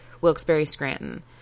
Wilkes-Barre-Scranton